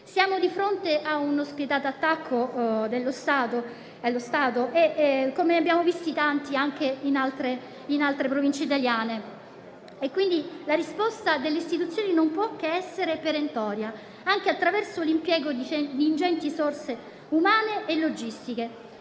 Siamo di fronte a uno spietato attacco allo Stato, come ne abbiamo visti tanti anche in altre Province italiane. La risposta delle istituzioni, quindi, non può che essere perentoria, anche attraverso l'impiego di ingenti risorse umane e logistiche.